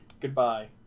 Goodbye